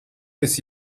esi